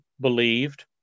believed